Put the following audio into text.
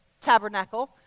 tabernacle